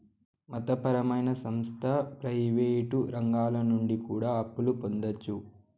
మత పరమైన సంస్థ ప్రయివేటు రంగాల నుండి కూడా అప్పులు పొందొచ్చు